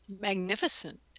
magnificent